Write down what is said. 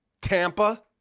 Tampa